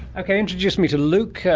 okay, introduce me to luke, yeah